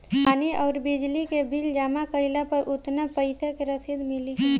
पानी आउरबिजली के बिल जमा कईला पर उतना पईसा के रसिद मिली की न?